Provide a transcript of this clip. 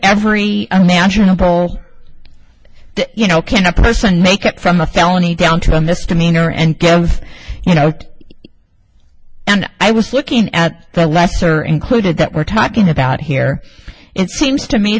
every unmanageable you know can a person make it from a felony down to a misdemeanor and games and out and i was looking at the lesser included that we're talking about here it seems to me